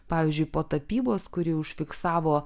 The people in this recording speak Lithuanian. pavyzdžiui po tapybos kuri užfiksavo